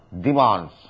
demands